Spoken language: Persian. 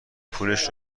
پولش